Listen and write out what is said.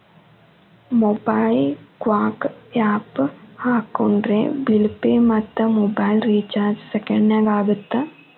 MobiKwik app ಹಾಕೊಂಡ್ರೆ bill pay ಮತ್ತ mobile recharge ಸೆಕೆಂಡನ್ಯಾಗ ಆಗತ್ತ